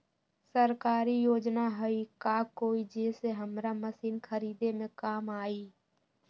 सरकारी योजना हई का कोइ जे से हमरा मशीन खरीदे में काम आई?